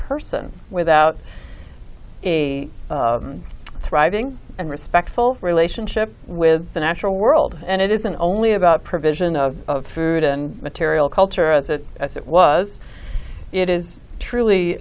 person without a thriving and respectful relationship with the natural world and it isn't only about provision of food and material culture as it was it is truly